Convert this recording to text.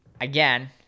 again